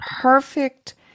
perfect